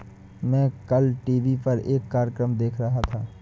मैं कल टीवी पर एक कार्यक्रम देख रहा था